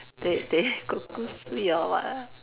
they they kuih kosui or what ah